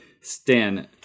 Stan